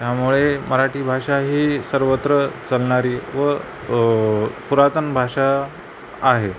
त्यामुळे मराठी भाषा ही सर्वत्र चालणारी व पुरातन भाषा आहे